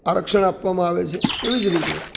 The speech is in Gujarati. આરક્ષણ આપવામાં આવે છે એવી જ રીતે